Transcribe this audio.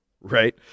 Right